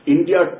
India